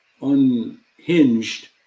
unhinged